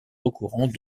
recourant